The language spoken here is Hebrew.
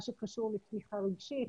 מה שקשור לתמיכה רגשית,